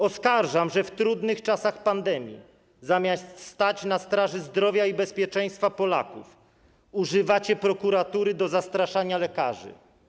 Oskarżam, że w trudnych czasach pandemii, zamiast stać na straży zdrowia i bezpieczeństwa Polaków, używacie prokuratury do zastraszania lekarzy.